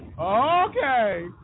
Okay